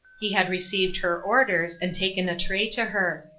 he had received her orders, and taken a tray to her.